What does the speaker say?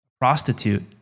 Prostitute